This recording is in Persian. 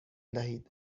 دهید